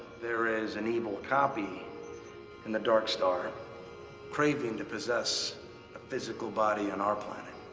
there is an evil copy in the dark star craving to possess a physical body on our planet.